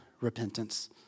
repentance